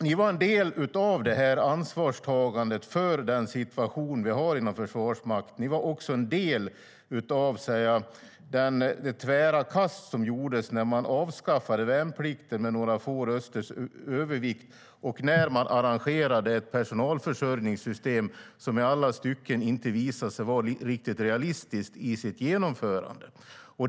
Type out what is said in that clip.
Ni var en del av ansvarstagandet för den situation vi har inom Försvarsmakten. Ni var också en del av det tvära kast som gjordes när man avskaffade värnplikten med några få rösters övervikt och när man arrangerade ett personalförsörjningssystem som i alla stycken visade sig vara orealistiskt i sitt genomförande.